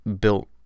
built